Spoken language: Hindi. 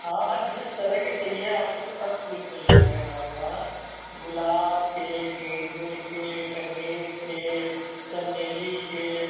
हाँ हाँ जिस तरह के चाहिए आपको सब फूल मिल जाएँगे हमारे वहाँ गुलाब के गेंदे के कनेर के चमेली के